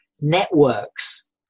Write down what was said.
networks